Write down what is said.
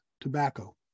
tobacco